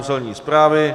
Celní správy.